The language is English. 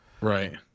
Right